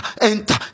enter